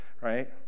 right